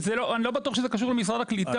זה לא, אני לא בטוח שזה קשור למשרד הקליטה.